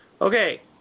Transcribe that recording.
Okay